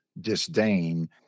disdain